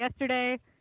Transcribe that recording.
Yesterday